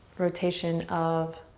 rotation of